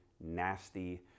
nasty